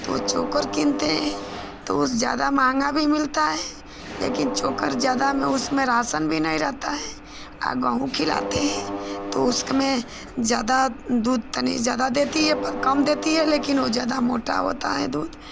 तो वह चोकर कीनते हैं तो वह ज़्यादा महँगा भी मिलता है लेकिन चोकर ज़्यादा में उसमें राशन भी नहीं रहता है और गेहूँ खिराते हैं तो उसमें ज़्यादा दूध तनिक ज़्यादा देती है पर कम देती है लेकिन उसमें ज़्यादा मोटा होता है दूध